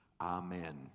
Amen